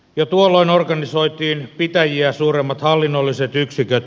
jo tuolloin organisoitiin pitäjiä suuremmat hallinnolliset yksiköt